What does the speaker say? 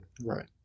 Right